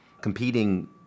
competing